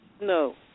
No